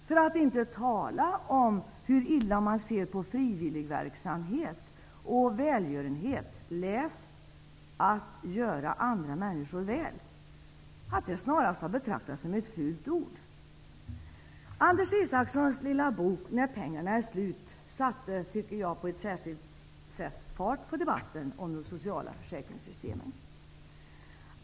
För att inte tala om hur illa man ser på frivilligverksamhet och välgörenhet -- läs: att göra andra människor väl! -- att det snarast har betraktats som fula ord. Anders Isacssons lilla bok När pengarna är slut satte på ett särskilt sätt fart på debatten om de sociala försäkringssystemen.